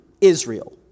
Israel